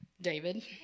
David